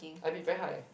I be very hard eh